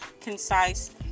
concise